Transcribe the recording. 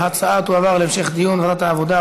ההצעה תועבר להמשך דיון בוועדת העבודה,